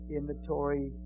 Inventory